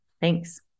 Thanks